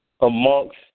amongst